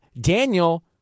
Daniel